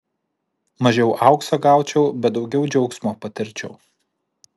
mažiau aukso gaučiau bet daugiau džiaugsmo patirčiau